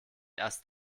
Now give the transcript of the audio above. erst